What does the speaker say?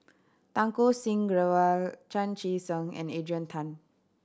Santokh Singh Grewal Chan Chee Seng and Adrian Tan